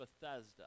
Bethesda